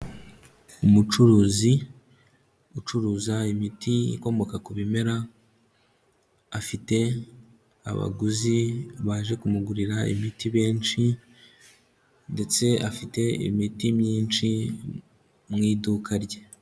Umucuruzi ucuruza imiti ikomoka ku bimera, afite abaguzi baje kumugurira imiti benshi ndetse afite imiti myinshi mu iduka rye.